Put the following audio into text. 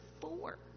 four